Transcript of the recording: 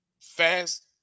Fast